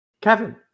Kevin